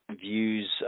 views